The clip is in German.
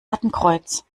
lattenkreuz